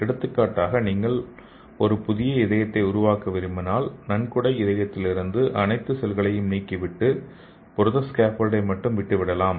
எடுத்துக்காட்டாக நீங்கள் ஒரு புதிய இதயத்தை உருவாக்க விரும்பினால் நன்கொடை இதயத்திலிருந்து அனைத்து செல்களையும் நீக்கிவிட்டு புரத ஸ்கேப்போல்டை மட்டுமே விட்டுவிடலாம்